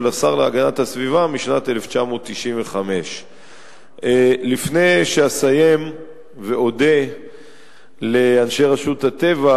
ולשר להגנת הסביבה משנת 1995. לפני שאסיים ואודה לאנשי רשות הטבע,